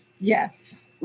Yes